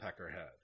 Peckerhead